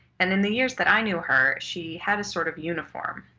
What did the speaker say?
and in the years that i knew her, she had a sort of uniform.